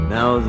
Now